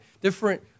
different